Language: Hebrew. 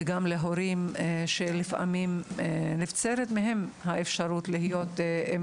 לפעמים נבצרת מההורים האפשרות להיות עם